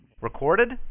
Recorded